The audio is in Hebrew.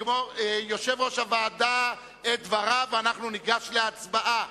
יושב-ראש הוועדה יאמר את דבריו ואנחנו ניגש להצבעה.